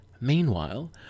Meanwhile